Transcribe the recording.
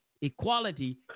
equality